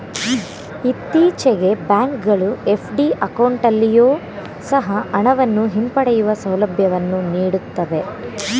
ಇತ್ತೀಚೆಗೆ ಬ್ಯಾಂಕ್ ಗಳು ಎಫ್.ಡಿ ಅಕೌಂಟಲ್ಲಿಯೊ ಸಹ ಹಣವನ್ನು ಹಿಂಪಡೆಯುವ ಸೌಲಭ್ಯವನ್ನು ನೀಡುತ್ತವೆ